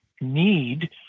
need